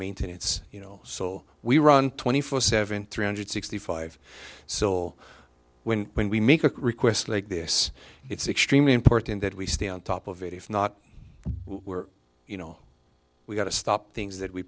maintenance you know so we run twenty four seven three hundred sixty five so when when we make a request like this it's extremely important that we stay on top of it if not you know we've got to stop things that we